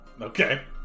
Okay